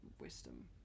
wisdom